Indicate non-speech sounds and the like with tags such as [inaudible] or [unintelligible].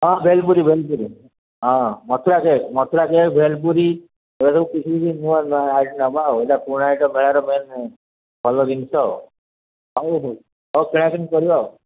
ହଁ ଭେଲପୁରୀ ଭେଲପୁରୀ ହଁ Mathura cake Mathura cake bhelpuri ଏଇଟା ସବୁ କିଛି ବି ନୂଆ [unintelligible] ନବା ଆଉ ଏଇଟା ପୁରୁଣା ଆଇଟମ୍ ମେଳାର ମେନ୍ ଭଲ ଜିନିଷ [unintelligible] ହଉ ହଉ କିଣାକୁଣି କରିବା